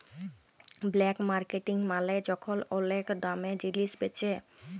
black marketing মালে যখল ওলেক দামে জিলিস বেঁচে